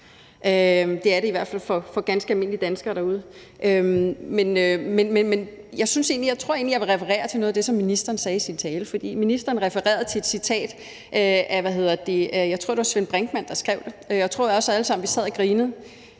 Det er det i hvert fald for ganske almindelige danskere derude. Men jeg tror egentlig, jeg vil referere til noget af det, som ministeren sagde i sin tale, for ministeren refererede fra et citat, som jeg tror Svend Brinkmann skrev, og jeg tror også, at vi alle sammen sad og grinede.